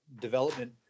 development